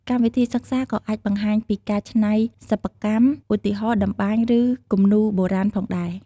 កម្មវិធីសិក្សាក៏អាចបង្ហាញពីការច្នៃសិប្បកម្ម ឧទាហរណ៍ តម្បាញ ឬគំនូរបុរាណផងដែរ។